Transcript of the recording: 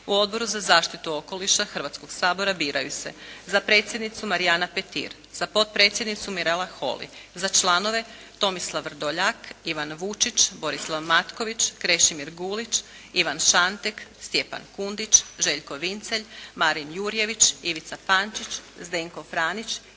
U Odbor za zaštitu okoliša Hrvatskog sabora biraju se: za predsjednicu Marijana Petir, za potpredsjednicu Mirela Holy, za članove Tomislav Vrdoljak, Ivan Vučić, Borislav Matković, Krešimir Gulić, Ivan Šantek, Stjepan Kundić, Željko Vincelj, Marin Jurjević, Ivica Pančić, Zdenko Franić